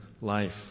life